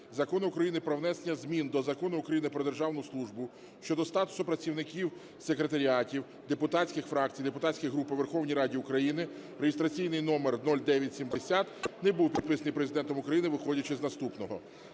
Закон України "Про внесення змін до Закону України "Про державну службу" щодо статусу працівників секретаріатів депутатських фракцій (депутатських груп) у Верховній Раді України" (реєстраційний номер 0970) не був підписаний Президентом України, виходячи з наступного.